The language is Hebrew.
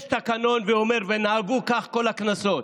יש תקנון שאומר, ונהגו כך כל הכנסות: